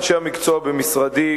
אנשי המקצוע במשרדי,